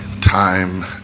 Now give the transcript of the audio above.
Time